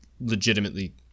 legitimately